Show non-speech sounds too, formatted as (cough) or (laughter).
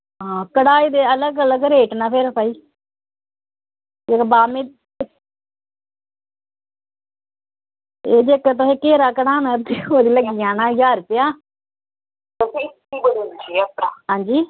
हां कढ़ाई दे अलग अलग रेट नै फिर बाह्में (unintelligible) जेह्का तुसें घेरा कढ़ाना ते ओह्दा लग्गी जाना ज्हार रपेआ हां जी